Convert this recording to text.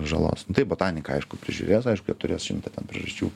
žalos nu taip botanikai aišku prižiūrės aišku jie turės šimtą ten priežasčių